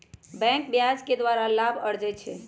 बैंके ब्याज के द्वारा लाभ अरजै छै